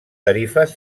tarifes